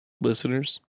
listeners